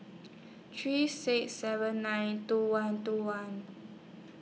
three six seven nine two one two one